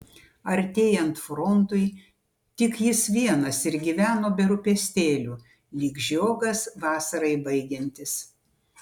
artėjant frontui tik jis vienas ir gyveno be rūpestėlių lyg žiogas vasarai baigiantis